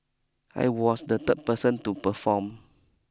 I was the third person to perform